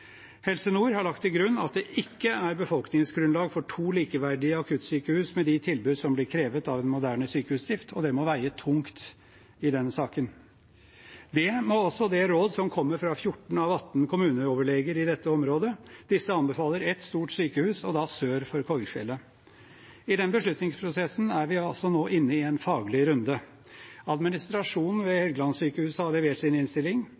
Helse Nord har lagt til grunn at det ikke er befolkningsgrunnlag for to likeverdige akuttsykehus med de tilbud som blir krevd av moderne sykehusdrift, og det må veie tungt i denne saken. Det må også det råd som kommer fra 14 av 18 kommuneoverleger i dette området. Disse anbefaler ett stort sykehus, og da sør for Korgfjellet. I den beslutningsprosessen er vi nå inne i en faglig runde. Administrasjonen ved Helgelandssykehuset har levert sin innstilling.